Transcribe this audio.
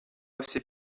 josé